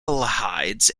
aldehydes